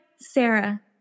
Sarah